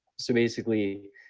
so basically,